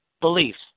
beliefs